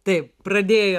taip pradėjo